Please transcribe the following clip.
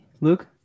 Luke